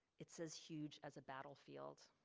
it says huge as a battlefield.